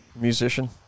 musician